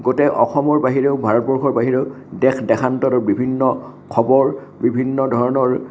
গোটেই অসমৰ বাহিৰেও ভাৰতৰ বাহিৰেও দেশ দেশান্তৰ বিভিন্ন খবৰ বিভিন্ন ধৰণৰ